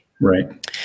right